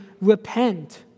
repent